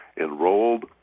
enrolled